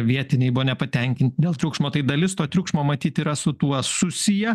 vietiniai buvo nepatenkinti dėl triukšmo tai dalis to triukšmo matyt yra su tuo susiję